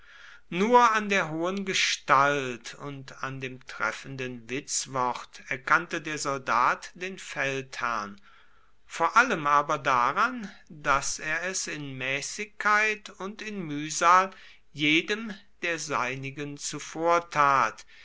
nur an der hohen gestalt und an dem treffenden witzwort erkannte der soldat den feldherrn vor allem aber daran daß er es in mäßigkeit und in mühsal jedem der seinigen zuvortat